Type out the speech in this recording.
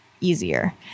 easier